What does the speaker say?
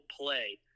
play